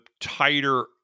tighter